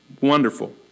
Wonderful